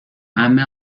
عمه